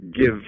give